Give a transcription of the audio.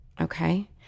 Okay